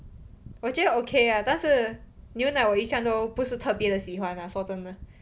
我觉得 okay lah 但是牛奶我一向都不是特别的喜欢 ah 说真的